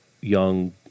young